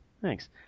Thanks